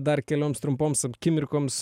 dar kelioms trumpoms akimirkoms